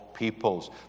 peoples